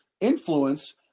influence